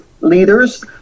leaders